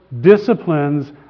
disciplines